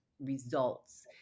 results